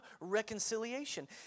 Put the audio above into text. reconciliation